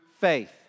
faith